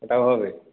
এটাও হবে